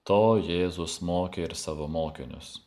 to jėzus mokė ir savo mokinius